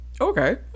okay